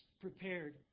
prepared